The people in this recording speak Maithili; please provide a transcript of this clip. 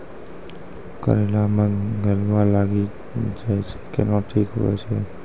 करेला मे गलवा लागी जे छ कैनो ठीक हुई छै?